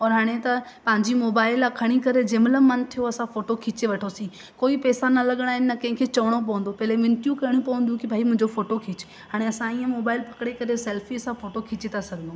और हाणे त पंहिंजी मोबाइल आहे खणी करे जंहिंमहिल मनु थियो असां फोटो खीचे वरितोसीं कोई पैसा न लॻणा आहिनि न कंहिंखे चवणो पवंदो पहिले मिनथूं करणियूं पवंदियूं हुयूं की भाई मुंहिंजो फोटो खींचु हाणे असां इअं मोबाइल पकिड़े करे सेल्फ़ीअ सां फोटो खीचे था सघूं